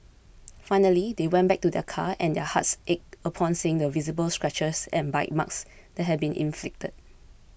finally they went back to their car and their hearts ached upon seeing the visible scratches and bite marks that had been inflicted